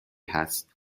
هست